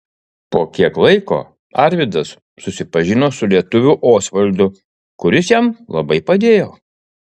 po kiek laiko arvydas susipažino su lietuviu osvaldu kuris jam labai padėjo